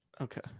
okay